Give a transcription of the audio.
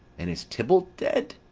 and is tybalt dead?